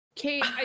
Kate